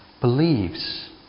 believes